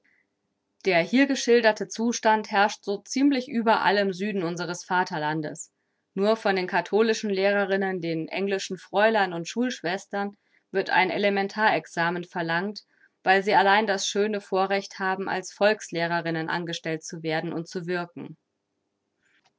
der hier geschilderte zustand herrscht so ziemlich überall im süden unseres vaterlandes nur von den katholischen lehrerinnen den englischen fräulein und schulschwestern wird ein elementar examen verlangt weil sie allein das schöne vorrecht haben als volkslehrerinnen angestellt zu werden und zu wirken